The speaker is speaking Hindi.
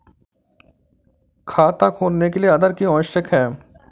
खाता खोलने के लिए आधार क्यो आवश्यक है?